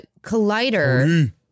collider